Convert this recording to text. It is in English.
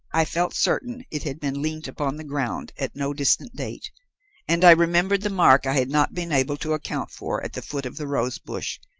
i felt certain it had been leant upon the ground at no distant date and i remembered the mark i had not been able to account for at the foot of the rose-bush,